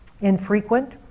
infrequent